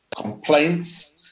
complaints